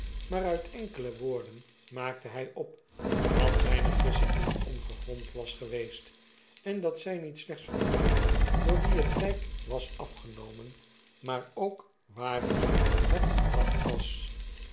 maar uit enkele woorden maakte hij op dat zijne gissing niet ongegrond was geweest en dat zij niet slechts vermoedden door wie het lijk was afgenomen maar ook waarheen het gebracht was